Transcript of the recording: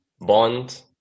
bond